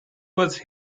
was